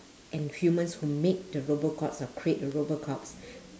and humans who make the robot cops or create the robot cops